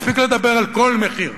מספיק לדבר על "כל מחיר".